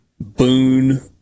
Boone